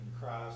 Christ